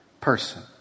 person